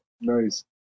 Nice